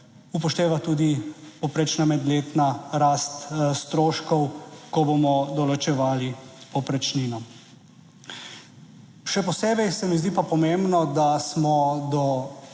upošteva tudi povprečna letna rast stroškov, ko bomo določevali povprečnino. Še posebej se mi zdi pa pomembno, da smo do